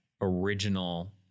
original